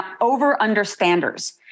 over-understanders